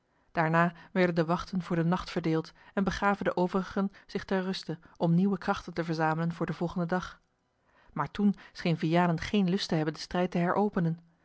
daarna werden de wachten voor den nacht verdeeld en begaven de overigen zich ter ruste om nieuwe krachten te verzamelen voor den volgenden dag maar toen scheen vianen geen lust te hebben den strijd te heropenen